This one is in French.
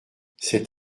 cet